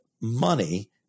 money